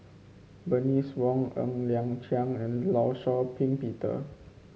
Bernice Wong Ng Liang Chiang and Law Shau Ping Peter